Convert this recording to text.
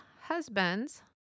husbands